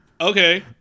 okay